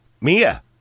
Mia